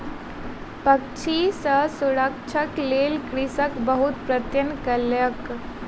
पक्षी सॅ सुरक्षाक लेल कृषक बहुत प्रयत्न कयलक